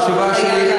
התשובה שלי,